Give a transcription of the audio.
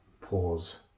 pause